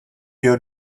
your